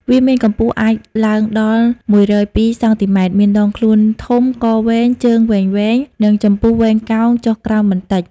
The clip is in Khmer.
វាមានកម្ពស់អាចឡើងដល់ ១០២ សង់ទីម៉ែត្រ មានដងខ្លួនធំ កវែង ជើងវែងៗ និងចំពុះវែងកោងចុះក្រោមបន្តិច។